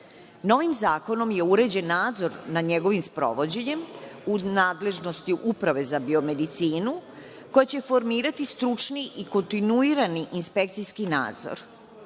Novim zakonom je uređen nadzor nad njegovim sprovođenjem u nadležnosti Uprave za biomedicinu, koja će formirati stručni i kontinuirani inspekcijski nadzor.